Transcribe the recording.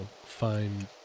find